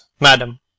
madam